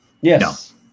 Yes